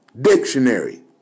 dictionary